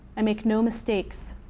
i make no mistakes,